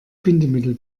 bindemittel